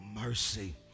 mercy